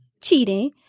cheating